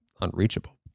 unreachable